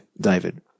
David